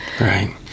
Right